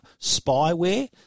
spyware